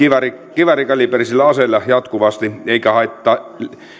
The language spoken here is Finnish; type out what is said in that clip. kiväärikaliiperisilla aseilla jatkuvasti ei se haittaa